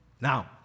Now